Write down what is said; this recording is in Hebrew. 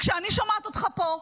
כשאני שומעת אותך פה,